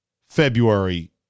February